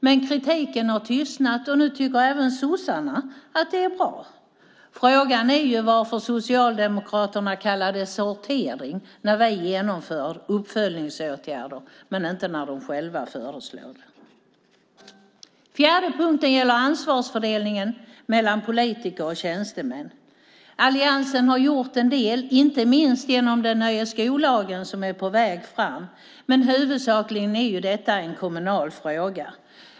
Men kritiken har tystnat, och nu tycker även sossarna att det är bra. Frågan är varför Socialdemokraterna kallar det sortering när vi genomför uppföljningsåtgärder men inte när de själva föreslår det. Den fjärde punkten gäller ansvarsfördelningen mellan politiker och tjänstemän. Alliansen har gjort en del, inte minst genom den nya skollag som är på väg fram, men detta är huvudsakligen en kommunal fråga.